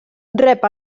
rep